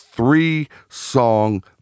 three-song